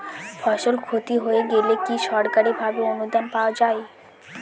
ফসল ক্ষতি হয়ে গেলে কি সরকারি ভাবে অনুদান পাওয়া য়ায়?